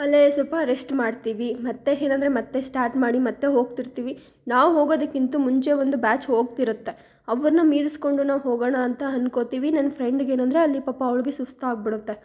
ಅಲ್ಲೇ ಸ್ವಲ್ಪ ರೆಸ್ಟ್ ಮಾಡ್ತೀವಿ ಮತ್ತು ಏನಂದ್ರೆ ಮತ್ತೆ ಸ್ಟಾರ್ಟ್ ಮಾಡಿ ಮತ್ತೆ ಹೋಗ್ತಿರ್ತೀವಿ ನಾವು ಹೋಗೋದಕ್ಕಿಂತ ಮುಂಚೆ ಒಂದು ಬ್ಯಾಚ್ ಹೋಗ್ತಿರುತ್ತೆ ಅವರನ್ನ ಮೀರಿಸಿಕೊಂಡು ನಾವು ಹೋಗೋಣ ಅಂತ ಅನ್ಕೋತೀವಿ ನನ್ನ ಫ್ರೆಂಡ್ಗೆ ಏನಂದರೆ ಅಲ್ಲಿ ಪಾಪ ಅವಳಿಗೆ ಸುಸ್ತಾಗ್ಬಿಡತ್ತೆ